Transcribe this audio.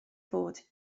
bod